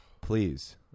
Please